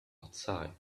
outside